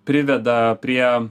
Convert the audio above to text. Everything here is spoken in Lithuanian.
priveda prie